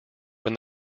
when